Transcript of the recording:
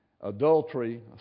Adultery